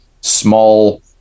small